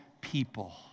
people